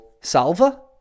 Salva